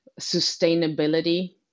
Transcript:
sustainability